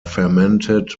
fermented